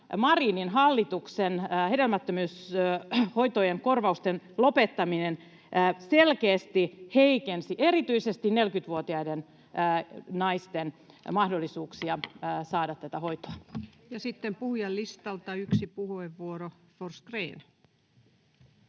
Marinin hallituksen hedelmättömyyshoitojen korvausten lopettaminen selkeästi heikensi erityisesti 40-vuotiaiden naisten mahdollisuuksia saada tätä hoitoa. Ja sitten puhujalistalta yksi puheenvuoro. — Forsgrén.